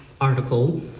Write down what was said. article